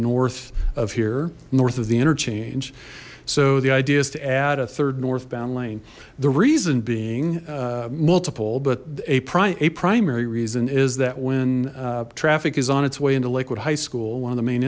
north of here north of the interchange so the idea is to add a third northbound lane the reason being multiple but a primary reason is that when traffic is on its way into lakewood high school one of the main